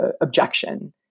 objection